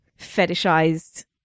fetishized